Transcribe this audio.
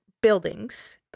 buildings